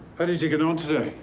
how did you get on today?